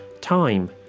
time